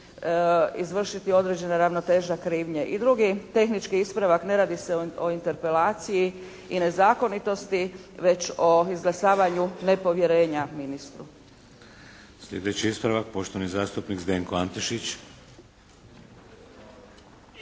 izvršiti određena ravnoteža krivnje i drugi tehnički ispravak. Ne radi se o interpelaciji i nezakonitosti već o izglasavanju nepovjerenja ministru. **Šeks, Vladimir (HDZ)** Sljedeći ispravak poštovani zastupnik Zdenko Antešić.